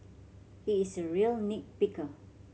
he is a real nit picker